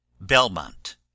Belmont